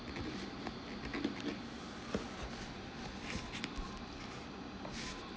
okay